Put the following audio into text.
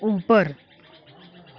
ऊपर